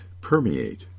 permeate